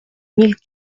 mille